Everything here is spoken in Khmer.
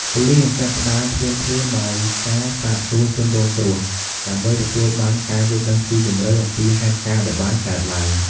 ប៉ូលិសនឹងចាប់ផ្តើមភ្លាមៗដោយការ សាកសួរជនរងគ្រោះ ដើម្បីទទួលបានការយល់ដឹងស៊ីជម្រៅអំពីហេតុការណ៍ដែលបានកើតឡើង។